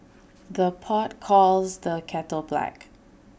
the pot calls the kettle black